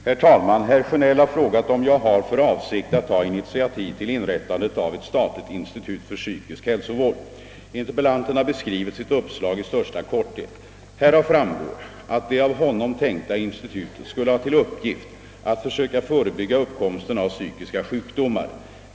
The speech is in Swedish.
Herr talman! Herr Sjönell har frågat mig om jag har för avsikt att ta initiativ till inrättandet av ett statligt institut för psykisk hälsovård. Interpellanten har beskrivit sitt uppslag i största korthet. Härav framgår att det av honom tänkta institutet skulle ha till uppgift att försöka förebygga uppkomsten av psykiska sjukdomar.